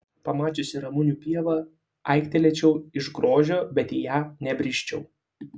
pamačiusi ramunių pievą aiktelėčiau iš grožio bet į ją nebrisčiau